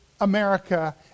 America